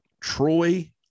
Troy